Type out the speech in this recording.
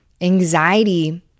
Anxiety